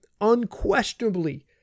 Unquestionably